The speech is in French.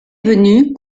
venu